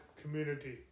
community